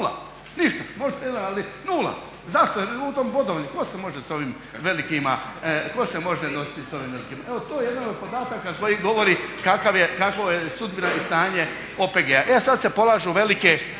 Nula, ništa. Zašto? Jer je u tom …/Govornik se ne razumije./… tko se može sa ovim velikima, tko se može nositi sa ovim velikima? Evo to je jedan od podataka koji govori kakva je sudbina i stanje OPG-a. E sada se polažu velike